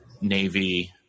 Navy